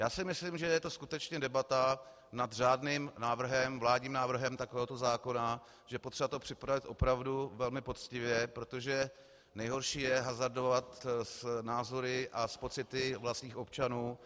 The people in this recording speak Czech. Já si myslím, že to je skutečně debata nad řádným vládním návrhem takovéhoto zákona, že je potřeba to připravit opravdu velmi poctivě, protože nejhorší je hazardovat s názory a pocity vlastních občanů.